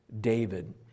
David